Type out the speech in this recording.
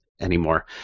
anymore